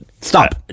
Stop